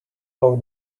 how